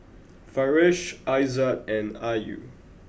Farish Aizat and Ayu